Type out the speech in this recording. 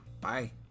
Bye